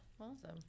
Awesome